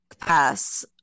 Pass